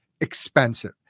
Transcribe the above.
expensive